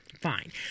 Fine